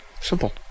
Simple